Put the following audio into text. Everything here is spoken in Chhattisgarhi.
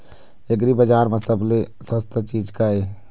एग्रीबजार म सबले सस्ता चीज का ये?